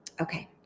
Okay